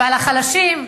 ועל החלשים?